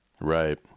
Right